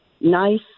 nice